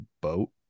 boat